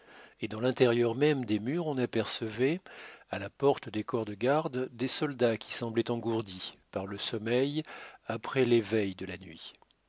et dans l'intérieur même des murs on apercevait à la porte des corps de garde des soldats qui semblaient engourdis par le sommeil après les veilles de la nuit